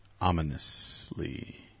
ominously